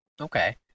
okay